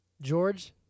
George